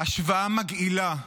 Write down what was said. השוואה מגעילה.